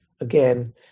Again